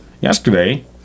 yesterday